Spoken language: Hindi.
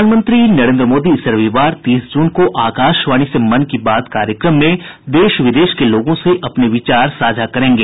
प्रधानमंत्री नरेन्द्र मोदी इस रविवार तीस जून को आकाशवाणी से मन की बात कार्यक्रम में देश विदेश के लोगों से अपने विचार साझा करेंगे